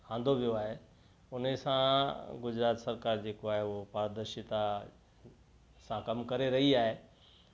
आंदो वियो आहे उनसां गुजरात सरकारु जेको आहे उहो पारदर्शिता सां कम करे रही आहे